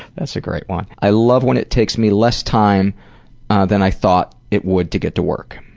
that's a great one. i love when it takes me less time than i thought it would to get to work.